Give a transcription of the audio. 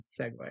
segue